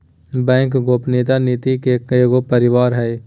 bank गोपनीयता नीति के एगो परिवार हइ